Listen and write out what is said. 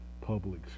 public